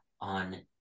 on